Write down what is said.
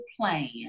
plan